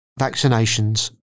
vaccinations